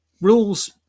rules